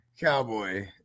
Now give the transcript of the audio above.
cowboy